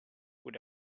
with